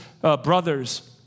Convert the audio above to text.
brothers